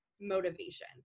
motivation